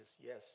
Yes